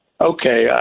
okay